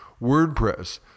WordPress